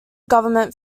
government